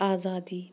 آزادی